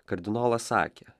kardinolas sakė